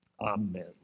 Amen